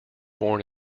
born